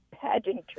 pageantry